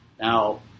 Now